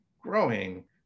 growing